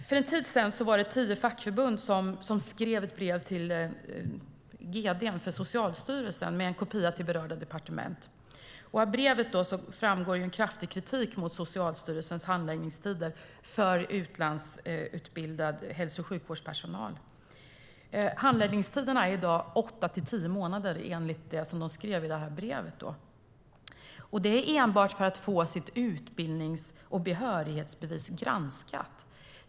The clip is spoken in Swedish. För en tid sedan skrev tio fackförbund till Socialstyrelsens gd med en kopia till berörda departement. I brevet riktas kraftig kritik mot Socialstyrelsens handläggningstider för utlandsutbildad hälso och sjukvårdspersonal. Handläggningstiderna är enligt brevet åtta till tio månader, och det är enbart för att få sitt utbildnings och behörighetsbevis granskat.